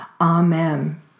Amen